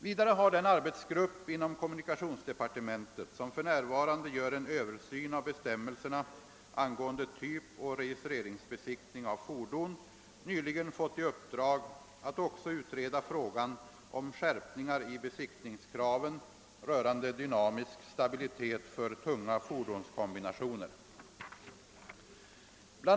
Vidare har den arbetsgrupp inom kommunikationsdepartementet, som f. n. gör en översyn av bestämmelserna angående typoch registreringsbesiktning av fordon, nyligen fått i uppdrag att också utreda frågan om skärpningar i besiktningskraven rörande dynamisk stabilitet för tunga fordonskombinationer. Bl.